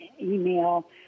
email